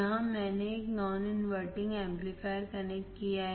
यहाँ मैंने एक नॉन इनवर्टिंग एम्पलीफायर कनेक्ट किया है